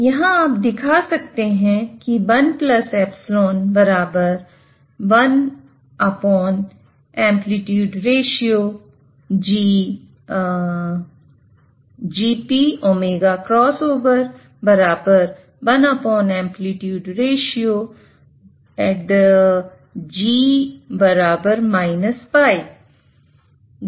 इसलिए आप दिखा सकते हैं कि गेन मार्जिन के बराबर है